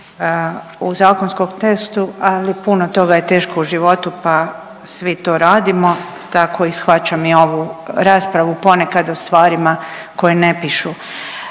u zakonskom tekstu, ali puno toga je teško u životu pa svi to radimo tako i shvaćam i ovu raspravu ponekad o stvarima koje ne pišu.